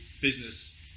business